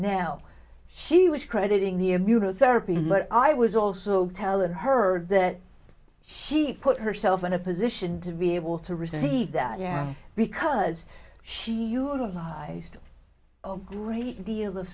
now she was crediting the immunotherapy but i was also telling her that she put herself in a position to be able to receive that yeah because she you advised a great deal of